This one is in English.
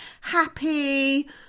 happy